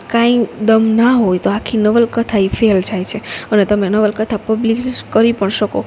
કાય દમ ના હોય તો આખી નવલકથા ઈ ફેલ જાય છે અને તમે નવલકથા પબ્લિશ કરી પણ શકો